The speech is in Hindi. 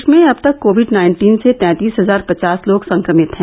देश में अब तक कोविड नाइन्टीन से तैंतीस हजार पचास लोग संक्रमित हैं